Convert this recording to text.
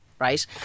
Right